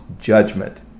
judgment